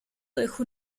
dejó